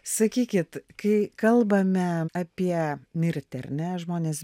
sakykit kai kalbame apie mirtį ar ne žmonės